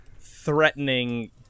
threatening